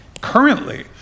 currently